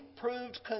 proved